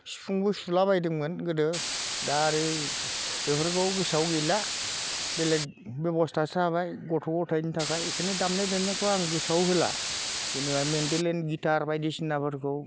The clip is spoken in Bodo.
सिफुंबो सुलाबायदोंमोन गोदो दा आरो बेफोरखौ गोसोआव गैला बेलेक बेबस्थासो लाबाय गथ' गथायनि थाखाय इखोनो दामनाय देनायखौ आं गोसोआव होला जेनेबा मेन्डेलिन गिटार बायदिसिनाफोरखौ